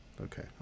Okay